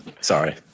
Sorry